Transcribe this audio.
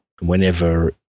whenever